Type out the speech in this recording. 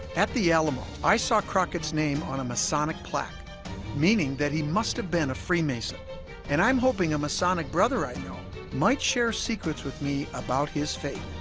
at the alamo i saw crockett's name on a masonic plaque meaning that he must have been a freemason and i'm hoping a masonic brother i know might share secrets with me about his fate